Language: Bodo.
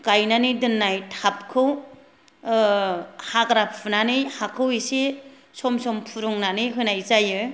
गायनानै दोननाय टाबखौ हाग्रा फुनानै हाखौ एसे सम सम फुरुंनानै होनाय जायो